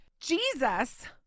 Jesus